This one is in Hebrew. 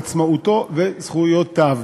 עצמאותו וזכויותיו.